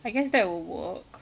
I guess that will work